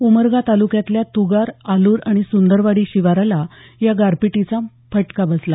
उमरगा तालुक्यातल्या तुगार आलूर आणि सुंदरवाडी शिवाराला या गारपीटीचा फटका बसला